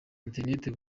internet